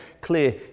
clear